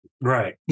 Right